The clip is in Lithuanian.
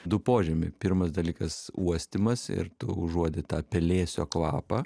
du požymiai pirmas dalykas uostymas ir tu užuodi tą pelėsio kvapą